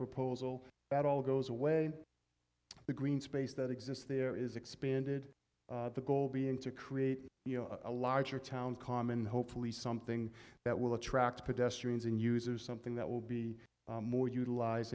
proposal that all goes away the green space that exists there is expanded the goal being to create a larger town common hopefully something that will attract pedestrians and users something that will be more utilize